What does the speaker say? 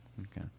Okay